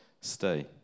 stay